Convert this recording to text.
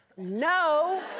No